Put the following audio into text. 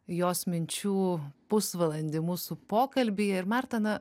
jos minčių pusvalandį mūsų pokalbyje ir marta na